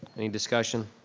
any discussion?